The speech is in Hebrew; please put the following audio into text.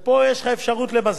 וזה מצטבר.